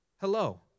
Hello